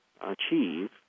achieve